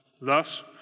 Thus